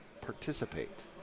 participate